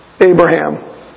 Abraham